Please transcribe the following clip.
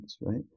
right